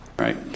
Right